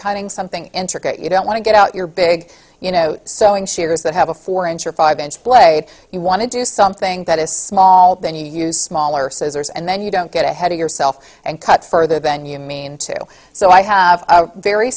cutting something you don't want to get out your big you know sewing shears that have a four inch or five inch blade you want to do something that is small then you use smaller scissors and then you don't get ahead of yourself and cut further than you mean to so i have very